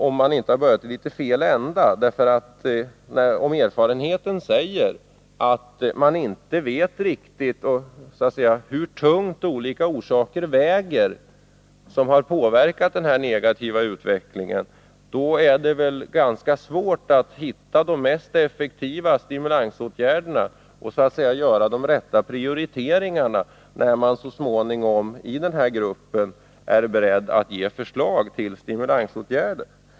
Om erfarenheten säger att man inte riktigt vet hur tungt de olika orsaker väger som har påverkat den här negativa utvecklingen, är det väl ganska svårt att hitta de mest effektiva stimulansåtgärderna och så att säga göra de rätta prioriteringarna, när man så småningom i den här gruppen skall ge förslag till stimulansåtgärder.